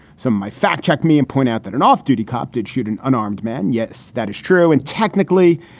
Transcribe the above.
so my fact check me and point out that an off duty cop did shoot an unarmed man. yes, that is true. and technically,